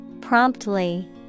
Promptly